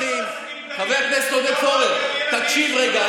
חבר הכנסת עודד פורר, תקשיב רגע.